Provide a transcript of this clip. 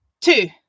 Two